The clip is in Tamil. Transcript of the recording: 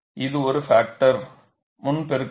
இது ஒரு பாக்டர் முன் பெருக்கப்படும்